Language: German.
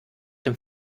dem